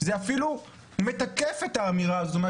זה אפילו מתקף את האמירה הזו.